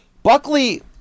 Buckley